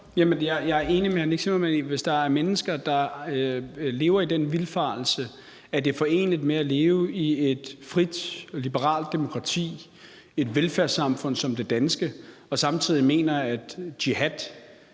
Zimmermann i, at hvis der er mennesker, der lever i den vildfarelse, at det er foreneligt at leve i et frit og liberalt demokrati, et velfærdssamfund som det danske, og samtidig mene, at jihad